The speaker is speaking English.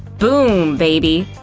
boom, baby!